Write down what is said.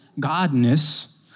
godness